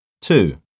Two